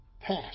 pass